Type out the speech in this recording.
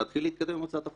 להתחיל להתקדם עם הצעת החוק.